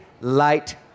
light